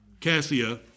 Cassia